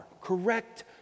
Correct